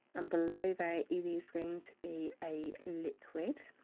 and below there, it is going to be a liquid.